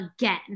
again